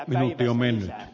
miksi näin